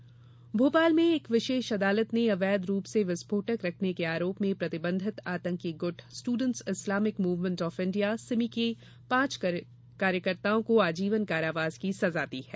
अदालत सजा भोपाल में एक विशेष अदालत ने अवैध रूप से विस्फोटक रखने के आरोप में प्रतिबंधित आतंकी गुट students Islamic movement of India SIMI के पांच कार्यकर्ताओं को आजीवन कारावास की सजा दी है